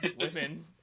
women